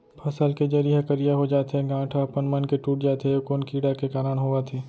फसल के जरी ह करिया हो जाथे, गांठ ह अपनमन के टूट जाथे ए कोन कीड़ा के कारण होवत हे?